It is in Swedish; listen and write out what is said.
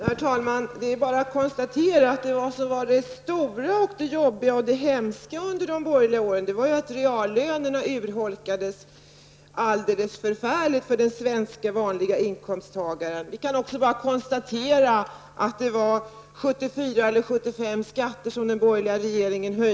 Herr talman! Det är bara att konstatera att det stora, jobbiga och hemska under de borgerliga åren var att reallönerna urholkades alldeles förfärligt för den svenska vanliga inkomsttagaren. Vi kan konstatera att den borgerliga regeringen höjde 74 eller 75 skatter.